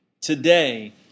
Today